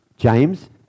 James